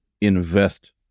invest